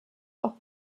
auch